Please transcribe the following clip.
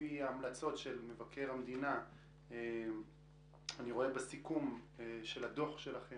בסיכום דוח מבקר המדינה יש המלצות לפיהן בטווח